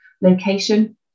location